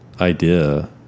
Idea